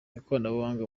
ikoranabuhanga